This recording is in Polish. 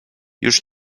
już